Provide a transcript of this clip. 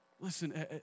Listen